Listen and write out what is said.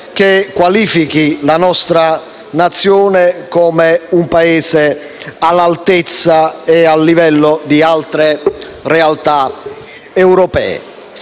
che qualifichi il nostro Paese all'altezza e al livello di altre realtà europee.